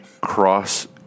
cross